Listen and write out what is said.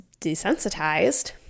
desensitized